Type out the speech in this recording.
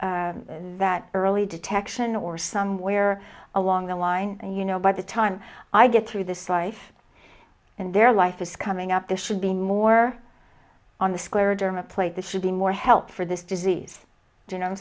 that early detection or somewhere along the line you know by the time i get through this life and their life is coming up there should be more on the square derma plate that should be more help for this disease you know